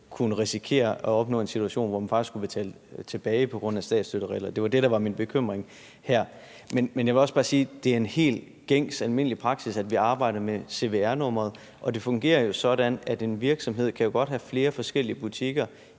kunne risikere at komme i en situation, hvor man faktisk skulle betale penge tilbage på grund af statsstøttereglerne. Det var det, der var min bekymring her. Men jeg vil også bare sige, at det er en helt gængs og almindelig praksis, at vi arbejder med cvr-nummeret, og det fungerer jo sådan, at en virksomhed godt kan have flere forskellige butikker